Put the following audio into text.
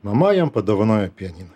mama jam padovanojo pianiną